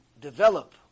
develop